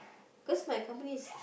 because my company